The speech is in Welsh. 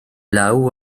law